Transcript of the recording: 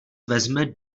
vezme